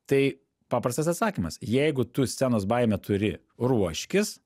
tai paprastas atsakymas jeigu tu scenos baimę turi ruoškis